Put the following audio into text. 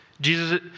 Jesus